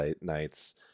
nights